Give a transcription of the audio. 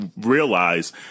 realize